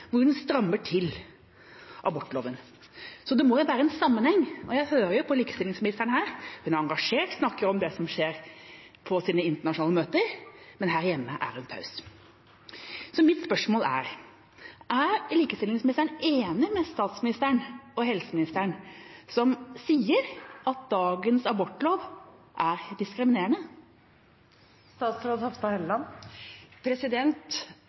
strammer til abortloven. Det må jo være en sammenheng. Jeg hører på likestillingsministeren at hun er engasjert, og hun snakker om det som skjer på internasjonale møter, men her hjemme er hun taus. Mitt spørsmål er: Er likestillingsministeren enig med statsministeren og helseministeren, som sier at dagens abortlov er diskriminerende?